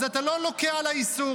אז אתה לא לוקה על האיסור.